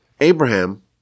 Abraham